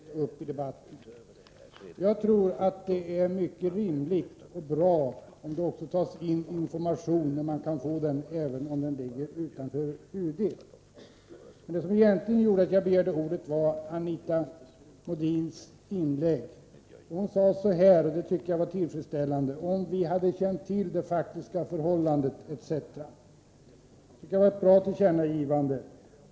Herr talman! Jag skall mycket kort ta upp ett par synpunkter på det som kom fram i debatten. Jag tycker att det är mycket rimligt och bra att det tas in information, när man kan få sådan, även om den inte hämtas via UD. Men det som egentligen gjorde att jag begärde ordet var Anita Modins inlägg. Hon sade — och det tycker jag var tillfredsställande: Om vi hade känt till det faktiska förhållandet etc. — Det var ett bra tillkännagivande.